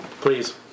Please